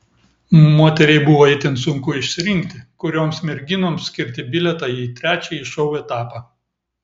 moteriai buvo itin sunku išsirinkti kurioms merginoms skirti bilietą į trečiąjį šou etapą